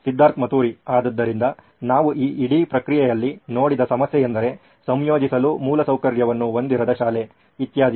ಸಿದ್ಧಾರ್ಥ್ ಮತುರಿ ಆದ್ದರಿಂದ ನಾವು ಈ ಇಡೀ ಪ್ರಕ್ರಿಯೆಯಲ್ಲಿ ನೋಡಿದ ಸಮಸ್ಯೆ ಎಂದರೆ ಸಂಯೋಜಿಸಲು ಮೂಲಸೌಕರ್ಯವನ್ನು ಹೊಂದಿರದ ಶಾಲೆ ಇತ್ಯಾದಿ